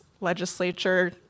legislature